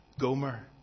Gomer